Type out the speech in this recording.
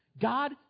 God